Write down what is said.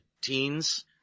teens